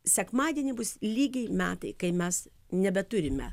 sekmadienį bus lygiai metai kai mes nebeturime